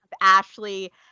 Ashley